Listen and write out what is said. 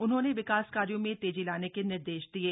उन्होंने विकास कार्यो में तेजी लाने के निर्देश दिये